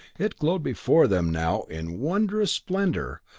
it glowed before them now in wonderous splendour,